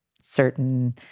certain